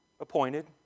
Appointed